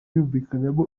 yumvikanamo